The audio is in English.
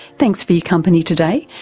thanks for your company today.